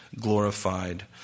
glorified